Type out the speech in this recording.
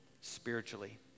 spiritually